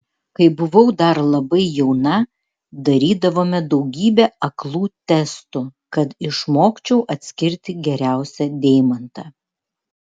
kai buvau dar labai jauna darydavome daugybę aklų testų kad išmokčiau atskirti geriausią deimantą